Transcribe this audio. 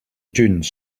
dunes